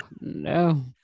no